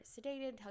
sedated